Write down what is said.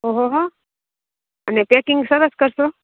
ઓહોહો અને પેકિંગ સરસ કરશો